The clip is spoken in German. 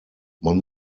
man